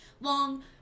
long